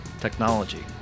technology